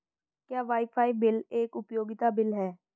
क्या wifi bill एक उपयोगिता बिल है?